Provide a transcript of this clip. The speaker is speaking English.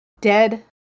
dead